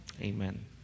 amen